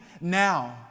Now